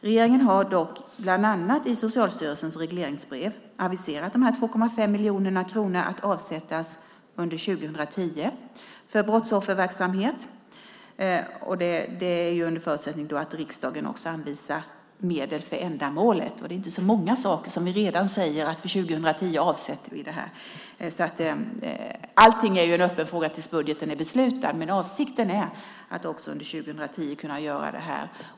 Regeringen har dock, bland annat i Socialstyrelsens regleringsbrev, aviserat att de här 2,5 miljoner kronorna ska avsättas under 2010 för brottsofferverksamhet - under förutsättning att riksdagen också anvisar medel för ändamålet. Det är inte så många saker som vi redan säger att vi för 2010 avsätter de här pengarna till. Allting är ju en öppen fråga tills budgeten är beslutad, men avsikten är att också under 2010 kunna göra det här.